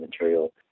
material